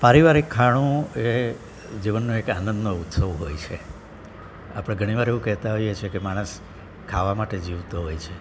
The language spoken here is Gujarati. પારિવારિક ખાણું એ જીવનનો એક આનંદનો ઉત્સવ હોય છે આપણે ઘણી વાર એવું કહેતા હોઈએ છે કે માણસ ખાવા માટે જીવતો હોય છે